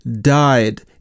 died